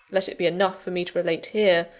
let it be enough for me to relate here,